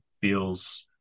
feels